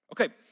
Okay